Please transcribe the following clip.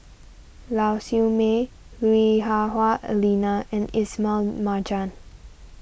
Lau Siew Mei Lui Hah Wah Elena and Ismail Marjan